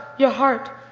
your heart,